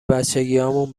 بچگیهامون